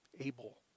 able